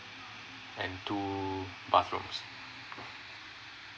and two bathroom